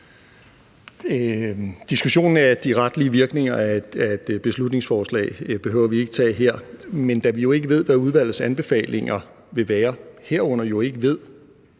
Diskussionen af de retlige virkninger af et beslutningsforslag behøver vi ikke at tage her. Men da vi jo ikke ved, hvad udvalgets anbefalinger vil være, herunder om de vil